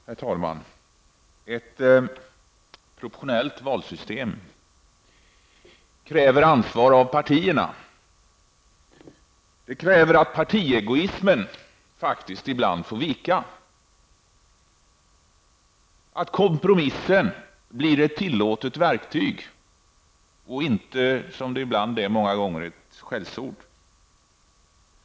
Herr talman! Ett proportionellt valsystem kräver ansvar av partierna. Det kräver att partiegoismen ibland får vika för detta ansvar. Kompromissen måste bli ett tillåtet verktyg och inte vara, som det ibland är, ett skällsord.